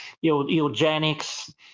eugenics